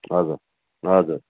हजुर हजुर